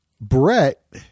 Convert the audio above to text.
Brett